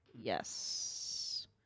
Yes